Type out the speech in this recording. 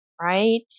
right